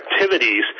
activities